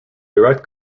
direct